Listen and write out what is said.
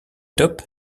top